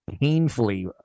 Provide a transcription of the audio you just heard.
painfully